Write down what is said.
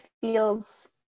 feels